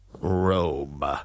robe